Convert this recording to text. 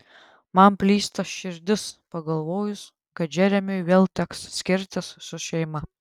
man plyšta širdis pagalvojus kad džeremiui vėl teks skirtis su šeima